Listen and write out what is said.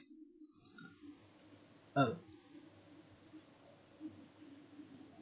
oh